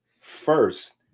first